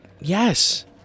Yes